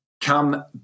come